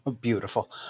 Beautiful